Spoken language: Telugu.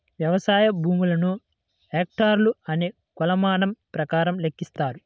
వ్యవసాయ భూములను హెక్టార్లు అనే కొలమానం ప్రకారం లెక్కిస్తారు